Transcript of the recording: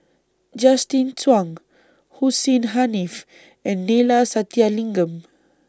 Justin Zhuang Hussein Haniff and Neila Sathyalingam